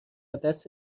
دست